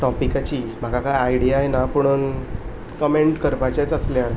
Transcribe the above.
टॉपिकाची म्हाका आयडियाय ना पूण कमेंट करपाचेच आसल्यार